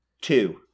Two